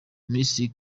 ministiri